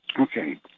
Okay